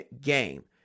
game